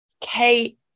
Kate